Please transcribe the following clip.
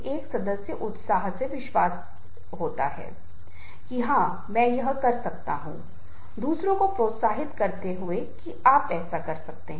यहां आप जानते हैं कि दूसरों को प्रेरित करने के लिए विभिन्न कारक हो सकते हैं